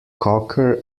cocker